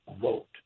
vote